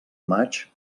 maig